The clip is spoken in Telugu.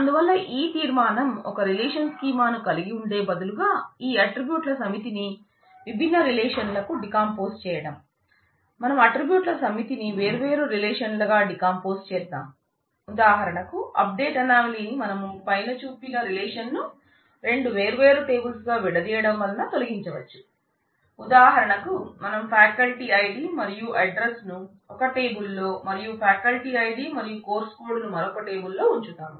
అందువల్ల ఈ తీర్మానం ఒక రిలేషన్ స్కీమాను కలిగి ఉండే బదులుగా ఈ అట్ట్రిబ్యూట్ల సమితిని విభిన్న రిలేషన్ లకు డీకంపోజ్ ను మరొక టేబుల్లో ఉంచుతాము